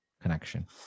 connection